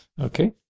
Okay